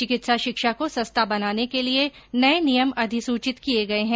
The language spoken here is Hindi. चिकित्सा शिक्षा को सस्ता बनाने के लिए नये नियम अधिसुचित किये गये हैं